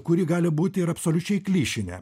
kuri gali būti ir absoliučiai klišine